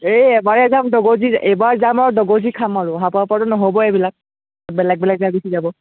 এই এবাৰে যাম দগজি এইবাৰ যাম আৰু দগজী খাম আৰু হেঁপাহ পলোৱাটো নহ'বই এইবিলাক বেলেগ বেলেগ গুচি যাব